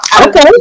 Okay